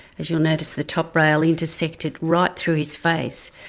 as you'll notice, the top rail intersected right through his face,